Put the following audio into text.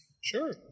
Sure